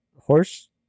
horse